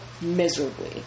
miserably